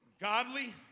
godly